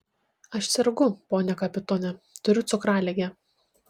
aš sergu pone kapitone turiu cukraligę